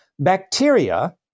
Bacteria